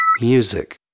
Music